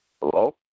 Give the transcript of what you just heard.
Hello